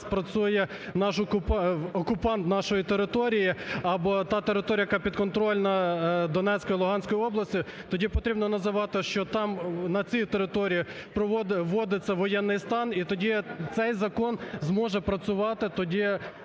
працює окупант нашої території, або та територія, яка підконтрольна Донецькій і Луганській області. тоді потрібно називати, що там, на цій території, вводиться воєнний стан, і тоді цей закон зможе працювати тоді